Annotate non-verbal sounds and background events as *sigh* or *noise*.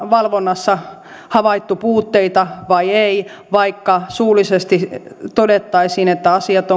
valvonnassa havaittu puutteita vai ei vaikka suullisesti todettaisiin että asiat *unintelligible*